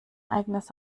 eigenes